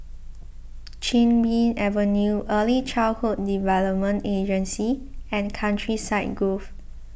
Chin Bee Avenue Early Childhood Development Agency and Countryside Grove